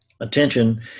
Attention